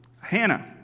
Hannah